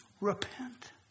Repent